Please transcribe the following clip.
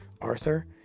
arthur